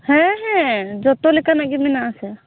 ᱦᱮᱸ ᱦᱮᱸ ᱡᱚᱛᱚ ᱞᱮᱠᱟᱱᱟᱜ ᱜᱮ ᱢᱮᱱᱟᱜ ᱟᱥᱮ